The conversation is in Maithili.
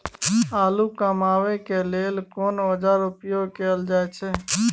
आलू कमाबै के लेल कोन औाजार उपयोग कैल जाय छै?